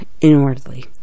inwardly